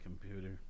computer